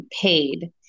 paid